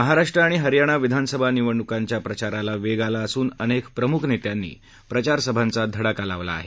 महाराष्ट्र आणि हरयाणा विधानसभा निवडणूकींच्या प्रचाराला वेग आला असून अनेक प्रमुख नेत्यांनी प्रचार सभांचा धडाका लावला आहे